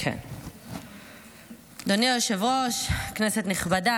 אדוני היושב-ראש, כנסת נכבדה,